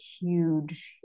huge